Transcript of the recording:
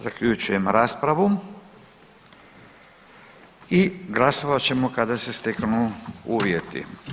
Zaključujem raspravu i glasovat ćemo kada se steknu uvjeti.